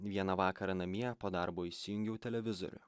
vieną vakarą namie po darbo įsijungiau televizorių